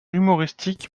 humoristique